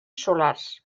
solars